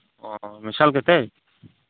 ᱚ ᱢᱮᱥᱟᱞ ᱠᱟᱛᱮᱜ